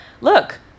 look